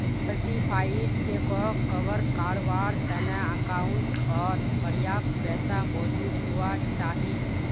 certified चेकोक कवर कारवार तने अकाउंटओत पर्याप्त पैसा मौजूद हुवा चाहि